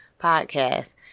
podcast